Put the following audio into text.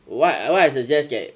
what what I suggest that